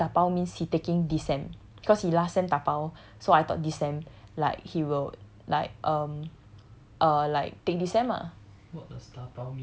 so initially I thought he dabao means he taking this sem cause he last time dabao so I thought this sem like he will like um err like take this sem lah